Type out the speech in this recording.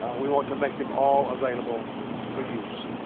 we want to make them all available for use